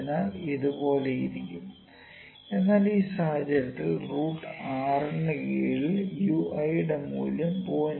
അതിനാൽ ഇതു പോലെയായിരിക്കും എന്നാൽ ഈ സാഹചര്യത്തിൽ റൂട്ട് 6 ന് √6 കീഴിൽ Ui യുടെ മൂല്യം 0